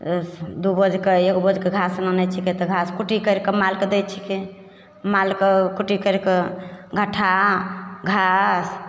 दुइ बोझके एक बोझके घास आनै छिकै तऽ घास कुट्टी करिके मालके दै छिकै मालके कुट्टी करिके घट्ठा घास